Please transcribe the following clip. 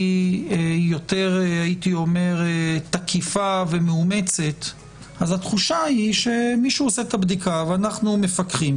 יותר תקיפה ומאומצת אז התחושה היא שמישהו עושה את הבדיקה ואנחנו מפקחים.